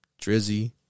Drizzy